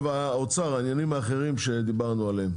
והאוצר, העניינים האחרים שדיברנו עליהם.